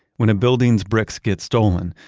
when a building's bricks get stolen,